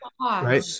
Right